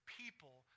people